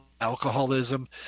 alcoholism